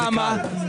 למה?